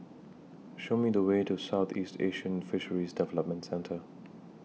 Show Me The Way to Southeast Asian Fisheries Development Centre